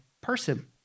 person